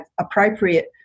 appropriate